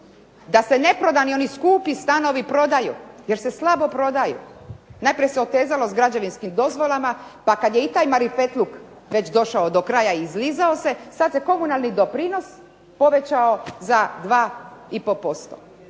Da se neprodani oni skupi stanovi prodaju, jer se slabo prodaju. Najprije se otezalo s građevinskim dozvolama, pa kada je i taj marifetluk već došao da kraja i izlizao se, sada se komunalni doprinos povećao za 2,5%.